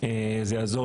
זה יעזור,